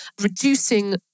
reducing